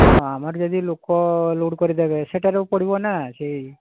ହଁ ଆମର ଯଦି ଲୋକ ଲୋଡ଼୍ କରିଦେବେ ସେଇଟାରୁ ପଡ଼ିବ ନା ସେଇ